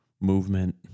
movement